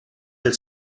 del